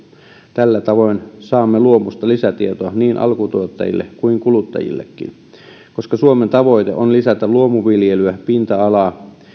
tällä tavoin saamme luomusta lisätietoa niin alkutuottajille kuin kuluttajillekin koska suomen tavoite on lisätä luomuviljelyn pinta alaa